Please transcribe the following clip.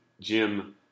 Jim